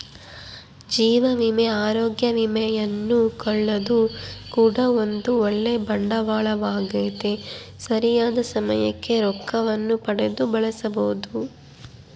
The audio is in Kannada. ಜೀವ ವಿಮೆ, ಅರೋಗ್ಯ ವಿಮೆಯನ್ನು ಕೊಳ್ಳೊದು ಕೂಡ ಒಂದು ಓಳ್ಳೆ ಬಂಡವಾಳವಾಗೆತೆ, ಸರಿಯಾದ ಸಮಯಕ್ಕೆ ರೊಕ್ಕವನ್ನು ಪಡೆದು ಬಳಸಬೊದು